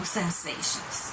sensations